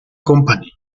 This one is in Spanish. company